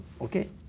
Okay